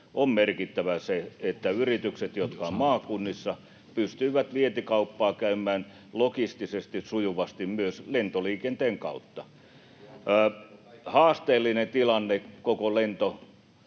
on merkittävää, että yritykset, jotka ovat maakunnissa, pystyvät vientikauppaa käymään logistisesti sujuvasti myös lentoliikenteen kautta. Tilanne on